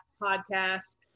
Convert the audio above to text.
podcast